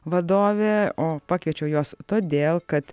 vadovė o pakviečiau juos todėl kad